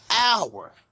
hour